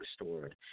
restored